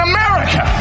America